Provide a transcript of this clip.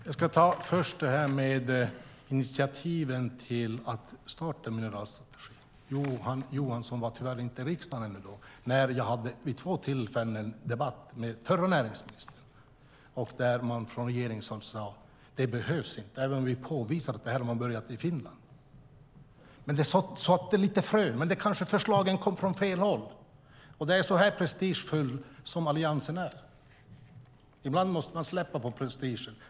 Herr talman! Jag börjar med det som gällde initiativet till en mineralstrategi. Johan Johansson var tyvärr ännu inte i riksdagen när jag vid två tillfällen debatterade med den förra näringsministern och man från regeringshåll sade att en sådan inte behövs, detta trots att vi kunde påvisa att man börjat med det i Finland. De sådde lite frö, men förslagen kanske kom från fel håll. Det är så prestigefull Alliansen är. Ibland måste man släppa på prestigen.